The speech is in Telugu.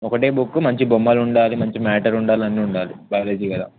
ఒకటే బుక్ మంచి బొమ్మలు ఉండాలి మంచి మ్యాటర్ ఉండాలి అన్నీ ఉండాలి బయాలజీ గల